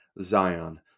Zion